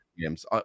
Games